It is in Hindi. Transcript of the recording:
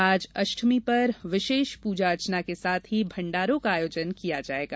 आज अष्टमी पर विशेष पूजा अर्चना के साथ ही भण्डारों का आयोजन किया जायेगा